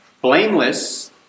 Blameless